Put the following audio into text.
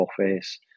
office